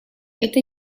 это